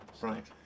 right